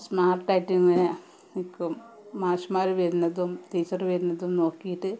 സ്മാര്ട്ടായിട്ടിങ്ങനെ നില്ക്കും മാഷമ്മാര് വരുന്നതും ടീച്ചര് വരുന്നതും നോക്കിയിട്ട്